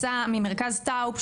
ממרכז טאוב,